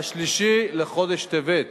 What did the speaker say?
השלישי בחודש טבת,